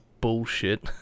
bullshit